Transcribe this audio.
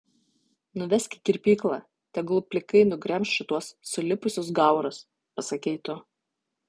nuvesk į kirpyklą tegul plikai nugremš šituos sulipusius gaurus pasakei tu